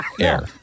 air